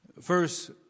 First